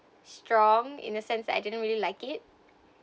strong in a sense I didn't really like it